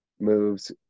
moves